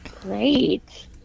great